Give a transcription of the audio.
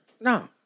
No